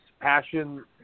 passion